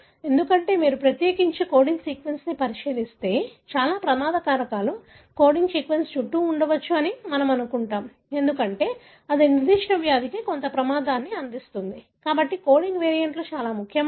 ఎందుకంటే మీరు ప్రత్యేకించి కోడింగ్ సీక్వెన్స్ని పరిశీలిస్తే చాలా ప్రమాద కారకాలు కోడింగ్ సీక్వెన్స్ చుట్టూ ఉండవచ్చు అని మనము అనుకుంటాం ఎందుకంటే అది నిర్దిష్ట వ్యాధికి కొంత ప్రమాదాన్ని అందిస్తుంది కాబట్టి కోడింగ్ వేరియంట్లు చాలా ముఖ్యమైనవి